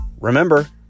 Remember